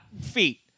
feet